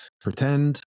pretend